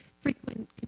frequent